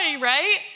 right